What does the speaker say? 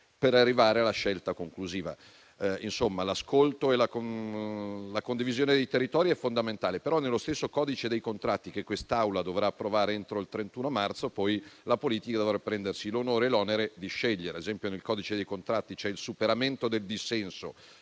per arrivare alla scelta conclusiva. In sostanza, l'ascolto e la condivisione dei territori è fondamentale, ma secondo lo stesso codice dei contratti, che quest'Assemblea dovrà approvare entro il 31 marzo, la politica dovrà prendersi l'onore e l'onere di scegliere. Ad esempio, il codice dei contratti prevede il superamento del dissenso